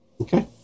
okay